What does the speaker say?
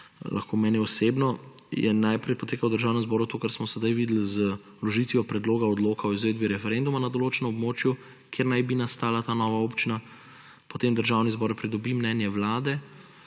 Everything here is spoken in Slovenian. lahko meni osebno, najprej poteka v Državnem zboru to, kar smo sedaj videli, z vložitvijo predloga odloka o izvedbi referenduma na določenem območju, kjer naj bi nastala ta nova občina. Potem Državni zbor pridobi mnenje Vlade